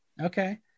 Okay